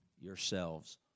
yourselves